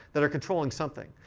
that are controlling something.